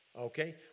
Okay